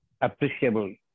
appreciable